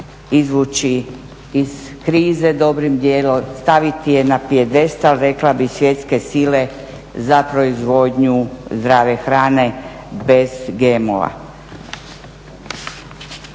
izvući iz krize, dobrim dijelom staviti je na pijedestal rekla bih svjetske sile za proizvodnju zdrave hrane bez GMO-a.